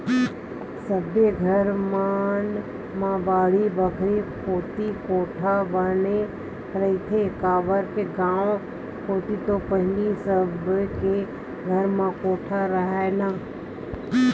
सबे घर मन म बाड़ी बखरी कोती कोठा बने रहिथे, काबर के गाँव कोती तो पहिली सबे के घर म कोठा राहय ना